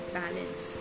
balance